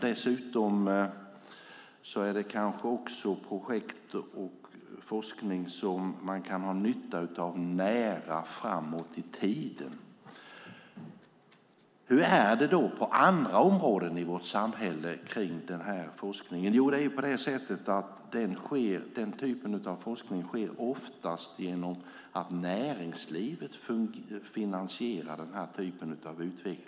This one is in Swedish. Dessutom är det projekt och forskning som man kan ha nytta av i en nära framtid. Hur är det då på andra områden i vårt samhälle när det gäller den här forskningen? Den här typen av utveckling och forskning sker oftast genom att näringslivet finansierar den.